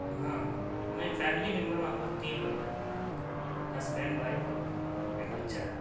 ہاں ہاں نہیں فیملی ممبر ہوں ہم لوگ تین لوگ ہیں ہسبینڈ وائف اور ایک بچہ ہے